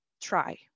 try